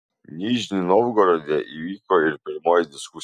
nižnij novgorode įvyko ir pirmoji diskusija